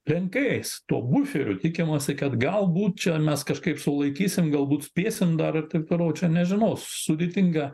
lenkais tuo buferiu tikimasi kad galbūt čia mes kažkaip sulaikysim galbūt spėsim dar ir taip toliau čia nežinau sudėtinga